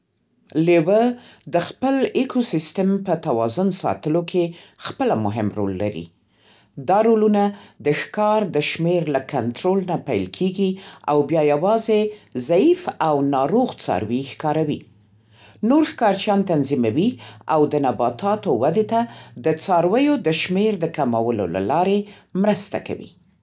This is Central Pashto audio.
لېوه د خپل ایکوسیستم په توازن ساتلو کې خپله مهم رول لري. دا رولونه د ښکار د شمېر له کنټرول نه پیل کېږي او بیا یوازې ضعیف او ناروغ څاروي ښکاروي. نور ښکارچیان تنظیموي او د نباتاتو ودې ته د څارویو د شمېر د کمولو له لارې مرسته کوي.